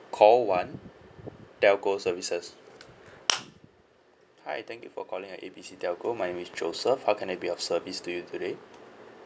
call one telco services hi thank you for calling at A B C telco my name is joseph how can I be of service to you today